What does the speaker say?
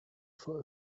for